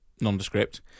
nondescript